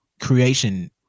creation